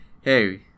hey